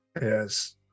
yes